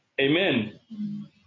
Amen